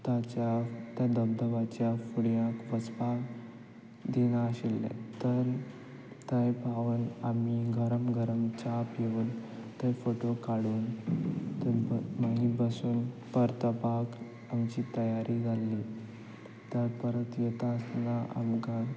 ताच्या त्या धबधब्याच्या फुड्यांत वचपाक दिनाशिल्लेत तर थंय पावून आमी गरम गरम च्या पिवून थंय फोटो काडून थंय मागीर बसून परतपाक आमची तयार जाल्ली तर परत वता आसतना आमकां